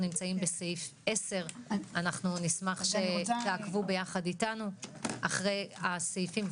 אנחנו נמצאים בסעיף 10. נשמח שתעקבו ביחד איתנו אחרי הסעיפים.